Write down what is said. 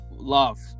love